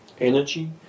energy